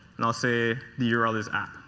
and i'll say the url is app.